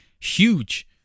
huge